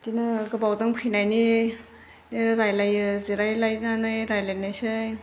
बेदिनो गोबावजों फैनायनि रायज्लायो जिरायलायनानै रायज्लायनोसै